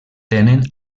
tenen